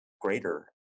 greater